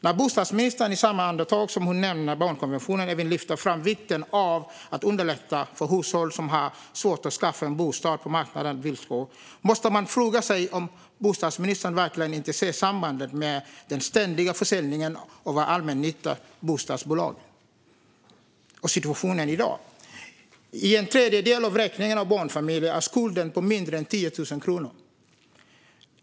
När bostadsministern i samma andetag som hon nämner barnkonventionen även lyfter fram vikten av att underlätta för hushåll som har svårt att skaffa en bostad på marknadens villkor måste man fråga sig om bostadsministern verkligen inte ser sambandet med den ständiga försäljningen av våra allmännyttiga bostadsbolag. Dagens situation är att i en tredjedel av vräkningarna av barnfamiljer är skulden på mindre än 10 000 kronor.